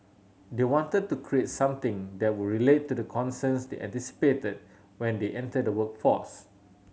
they wanted to create something that would relate to the concerns they anticipated when they enter the workforce